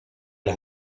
las